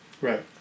right